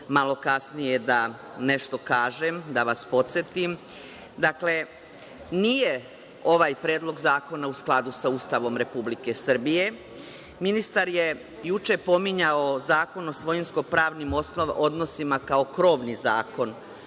malo kasnije nešto da kažem, da vas podsetim. Dakle, nije ovaj predlog zakona u skladu sa Ustavom Republike Srbije. Ministar je juče pominjao Zakon o svojinskopravnim odnosima kao krovni zakon